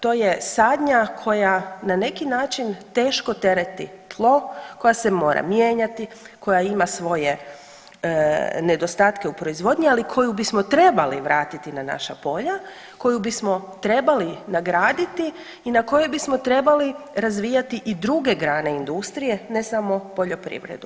To je sadnja koja na neki način teško tereti tlo, koja se mora mijenjati, koja ima svoje nedostatke u proizvodnji, ali koju bismo trebali vratiti na naša polja, koju bismo trebali nagraditi i na kojoj bismo trebali razvijati i druge grane industrije, ne samo poljoprivredu.